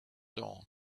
dawn